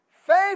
Faith